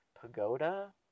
pagoda